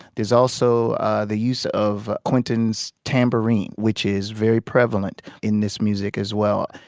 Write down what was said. there's also the use of quentin's tambourine, which is very prevalent in this music as well.